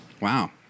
Wow